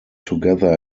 together